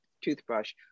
toothbrush